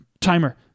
timer